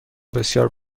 بسیار